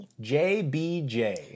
JBJ